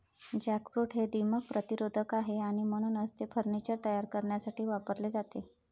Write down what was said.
jackfruit हे दीमक प्रतिरोधक आहे आणि म्हणूनच ते फर्निचर तयार करण्यासाठी वापरले जाते